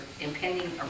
impending